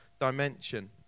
dimension